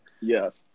Yes